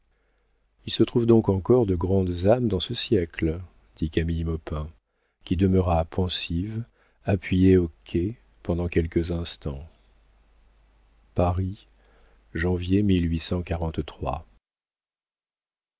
il se trouve donc encore de grandes âmes dans ce siècle dit camille maupin qui demeura pensive appuyée au quai pendant quelques instants paris